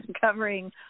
covering